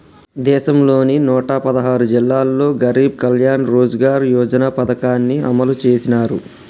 దేశంలోని నూట పదహారు జిల్లాల్లో గరీబ్ కళ్యాణ్ రోజ్గార్ యోజన పథకాన్ని అమలు చేసినారు